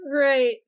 Right